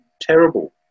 terrible